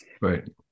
Right